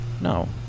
No